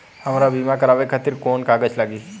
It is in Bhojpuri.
हमरा बीमा करावे खातिर कोवन कागज लागी?